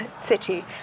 city